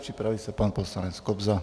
Připraví se pan poslanec Kobza.